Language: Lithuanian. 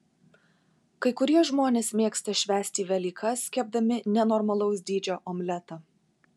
kai kurie žmonės mėgsta švęsti velykas kepdami nenormalaus dydžio omletą